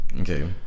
Okay